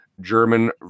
German